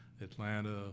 Atlanta